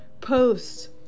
post